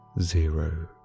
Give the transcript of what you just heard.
Zero